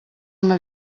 una